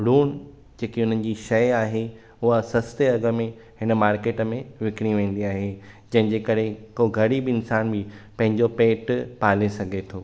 लूणु जेकी हुन जी शइ आहे उहा सस्ते अघ में हिन मार्केट में विकिणी वेंदी आहे जंहिंजे करे कोई ग़रीब इंसान बि पंहिंजो पेट पाले सघे थो